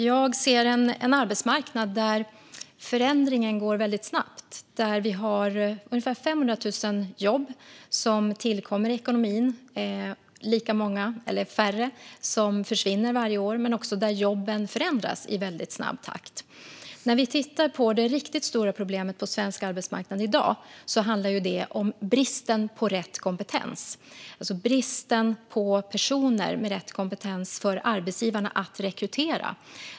Jag ser en arbetsmarknad där förändringen går snabbt, där vi har ungefär 500 000 jobb som tillkommer i ekonomin, där lika många eller färre jobb försvinner varje år och där jobben förändras i snabb takt. Det riktigt stora problemet på svensk arbetsmarknad i dag handlar om bristen på rätt kompetens, det vill säga bristen på personer med rätt kompetens för arbetsgivarna att rekrytera.